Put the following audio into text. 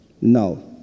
no